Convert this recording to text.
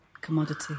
commodity